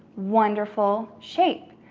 wonderful shape.